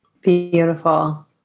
Beautiful